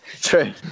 True